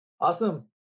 Awesome